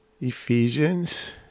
ephesians